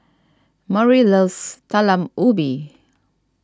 Murry loves Talam Ubi